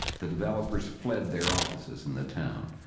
the developers fled their offices in the town.